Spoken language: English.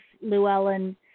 Llewellyn